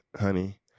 honey